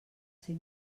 ser